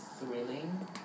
thrilling